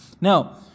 Now